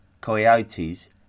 coyotes